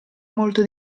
molto